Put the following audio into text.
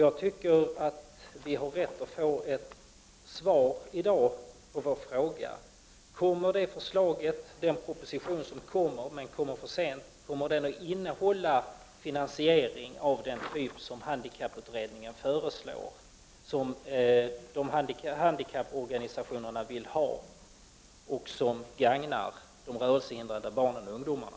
Jag tycker att vi har rätt att få ett svar i dag på vår fråga: Kommer den proposition som kommer, men kommer för sent, att innehålla förslag till finansiering av den typ som handikapputredningen föreslog, som handikapporganisationerna vill ha och som gagnar de rörelsehindrade barnen och ungdomarna?